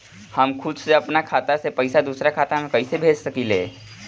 हम खुद से अपना खाता से पइसा दूसरा खाता में कइसे भेज सकी ले?